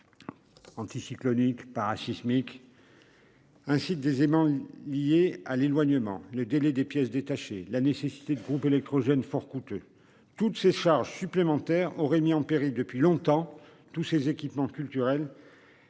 Anticyclonique parasismiques. Ainsi des éléments liés à l'éloignement, le délai des pièces détachées la nécessité de groupes électrogènes fort coûteux toutes ces charges supplémentaires auraient mis en péril depuis longtemps. Tous ces équipements culturels.